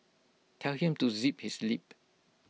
tell him to zip his lip